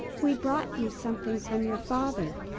we brought you something from your father.